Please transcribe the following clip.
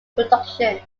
production